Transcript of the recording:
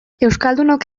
euskaldunok